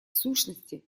сущности